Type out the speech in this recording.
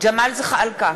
ג'מאל זחאלקה,